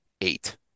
eight